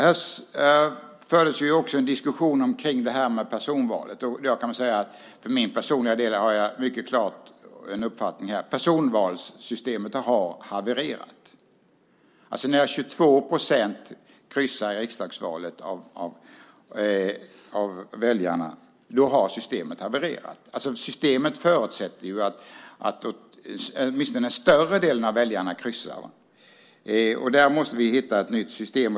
Det fördes också en diskussion om personvalet. För egen del har jag en mycket klar uppfattning. Personvalssystemet har havererat. När 22 procent av väljarna kryssar i riksdagsvalet har systemet havererat. Systemet förutsätter att åtminstone större delen av väljarkåren kryssar. Vi måste hitta ett nytt system.